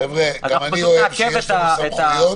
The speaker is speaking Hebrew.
- גם אני אוהב שיש לנו סמכויות,